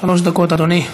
דקות, אדוני.